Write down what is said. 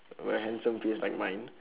very handsome face like mine